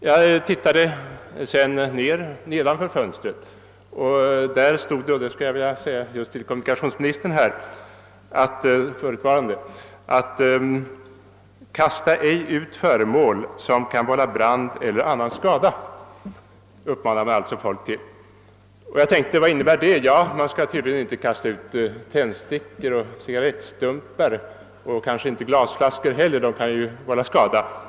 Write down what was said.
Jag tittade sedan nedanför fönstret och där stod det — och det skulle jag vilja nämna just för förutvarande kommunikationsministern: »Kasta ej ut föremål som kan vålla brand eller annan skada». Det uppmanar man alltså folk till. Jag tänkte på vad det innebär. Man skall tydligen inte kasta ut tändstickor och cigarrettstumpar och kanske inte heller glasflaskor, det kan ju vålla skada.